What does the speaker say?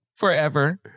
Forever